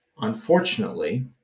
unfortunately